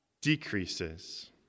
decreases